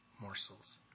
Morsels